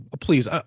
please